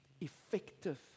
effective